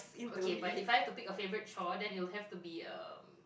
okay but if I have to pick a favorite chore then it would have to be um